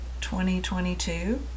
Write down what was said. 2022